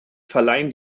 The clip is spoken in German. verleihen